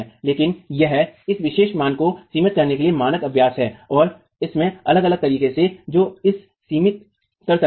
लेकिन यह इस विशेष मान को सीमित करने के लिए मानक अभ्यास है और इसमें अलग अलग तरीके हैं जो यह सीमित कर सकते हैं